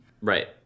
Right